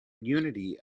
unity